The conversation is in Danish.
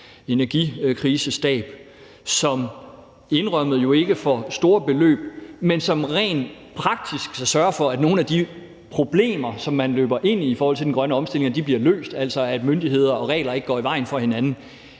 energikrisestab, som, indrømmet, jo ikke får store beløb, men som rent praktisk sørger for, at nogle af de problemer, som man løber ind i i forhold til den grønne omstilling, bliver løst, altså at myndigheder og regler ikke går i vejen for hinanden.